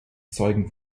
zeugen